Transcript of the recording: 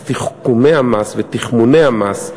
אז תחכומי המס ותכמוני המס,